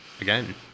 Again